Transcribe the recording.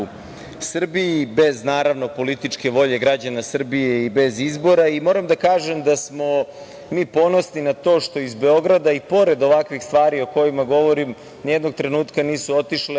Srbiji bez, naravno, političke volje građana Srbije i bez izbora. Moram da kažem da smo mi ponosni na to što iz Beograda, i pored ovakvih stvari o kojima govorim, nijednog trenutka nisu otišle